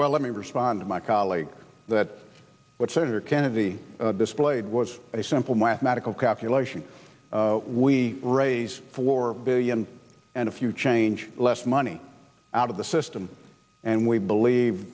well let me respond to my colleague that what senator kennedy displayed was a simple mathematical calculation we raise four billion and if you change less money out of the system and we believe